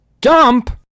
dump